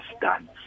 done